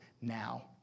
now